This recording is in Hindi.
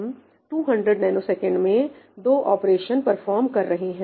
हम 200 ns में दो ऑपरेशंस परफॉर्म कर रहे हैं